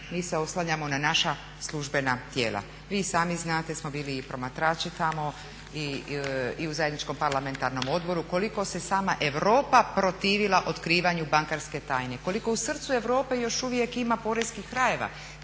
mi se oslanjamo na naša službena tijela. Vi i sami znate jer smo bili i promatrači tamo i u zajedničkom parlamentarnom odboru, koliko se sama Europa protivila otkrivanju bankarske tajne, koliko u srcu Europe još uvijek ima poreskih krajeva.